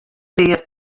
pear